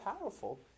powerful